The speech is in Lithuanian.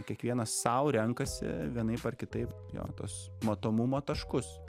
kiekvienas sau renkasi vienaip ar kitaip jo tuos matomumo taškus